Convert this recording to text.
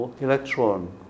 electron